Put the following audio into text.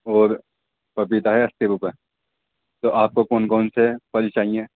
اور پپیتا ہے اسی روپے تو آپ کو کون کون سے پھل چاہئیں